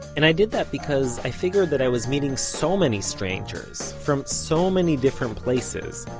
and i did that because i figured that i was meeting so many strangers, from so many different places,